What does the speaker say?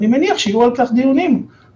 אני מניח שיהיו דיונים על כך.